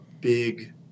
big